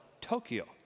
Tokyo